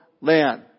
land